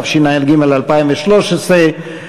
התשע"ג 2013,